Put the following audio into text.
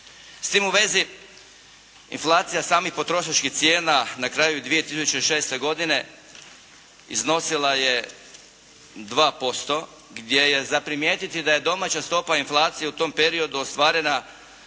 S tim u vezi inflacija samih potrošačkih cijena na kraju 2006. godine iznosila je 2% gdje je za primijetiti da je domaća stopa inflacije u tom periodu ostvarena